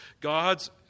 God's